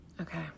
Okay